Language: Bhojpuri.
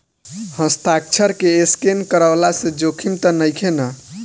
हस्ताक्षर के स्केन करवला से जोखिम त नइखे न?